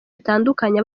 bitandukanye